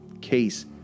case